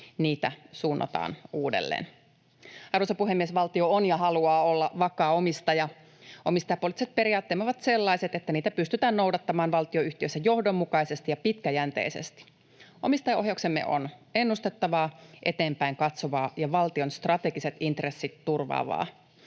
niitä suunnataan uudelleen. Arvoisa puhemies! Valtio on ja haluaa olla vakaa omistaja. Omistajapoliittiset periaatteemme ovat sellaiset, että niitä pystytään noudattamaan valtionyhtiöissä johdonmukaisesti ja pitkäjänteisesti. Omistajaohjauksemme on ennustettavaa, eteenpäin katsovaa ja valtion strategiset intressit turvaavaa.